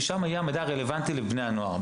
ששם יהיה המידע הרלוונטי לבני הנוער,